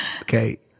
okay